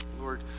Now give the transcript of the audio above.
Lord